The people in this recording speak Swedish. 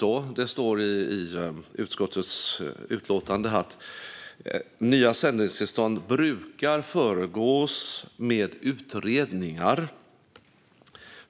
I utskottets betänkande står det att nya sändningstillstånd brukar föregås av utredningar.